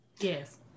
yes